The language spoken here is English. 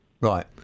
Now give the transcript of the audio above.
Right